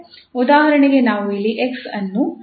ಉದಾಹರಣೆಗೆ ನಾವು ಇಲ್ಲಿ 𝑥 ಅನ್ನು ಹೊಂದಿದ್ದೇವೆ